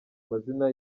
amazina